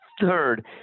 third